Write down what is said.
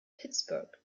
pittsburgh